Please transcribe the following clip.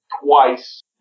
twice